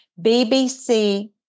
BBC